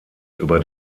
über